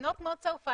מדינות כמו צרפת,